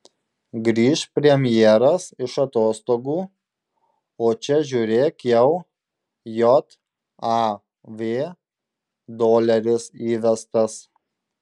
grįš premjeras iš atostogų o čia žiūrėk jau jav doleris įvestas